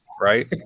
right